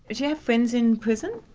do you have friends in prison?